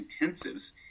intensives